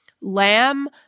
Lamb